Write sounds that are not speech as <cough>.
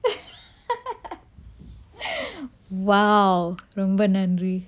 <laughs> !wow! ரொம்ப நன்றி:romba nanri